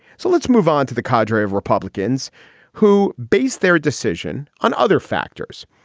so let's move on to the khadra of republicans who base their decision on other factors.